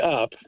up